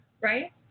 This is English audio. Right